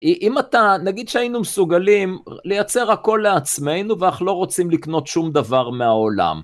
אם אתה, נגיד שהיינו מסוגלים לייצר הכל לעצמנו ואנחנו לא רוצים לקנות שום דבר מהעולם.